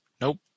Nope